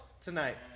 tonight